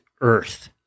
earth